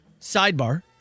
sidebar